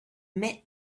met